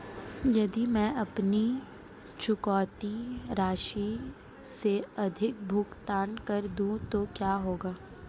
यदि मैं अपनी चुकौती राशि से अधिक भुगतान कर दूं तो क्या होगा?